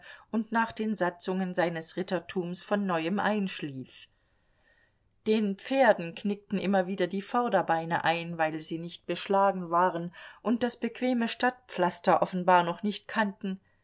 und nach den satzungen seines rittertums von neuem einschlief den pferden knickten immer wieder die vorderbeine ein weil sie nicht beschlagen waren und das bequeme stadtpflaster offenbar noch nicht kannten